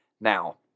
Now